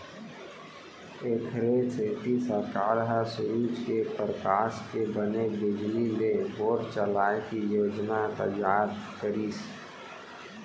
एखरे सेती सरकार ह सूरूज के परकास के बने बिजली ले बोर चलाए के योजना तइयार करिस